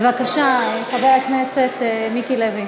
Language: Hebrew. בבקשה, חבר הכנסת מיקי לוי.